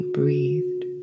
breathed